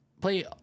play